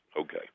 okay